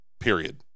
period